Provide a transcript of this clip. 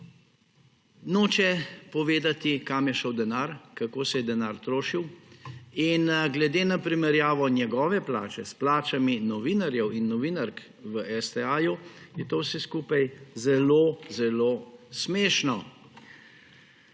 noče povedati, kam je šel denar, kako se je denar trošil. Glede na primerjavo njegove plače s plačami novinarjev in novinark v STA je to vse skupaj zelo zelo smešno.